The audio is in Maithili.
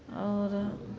आओर